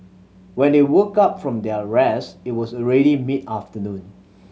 when they woke up from their rest it was already mid afternoon